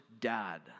dad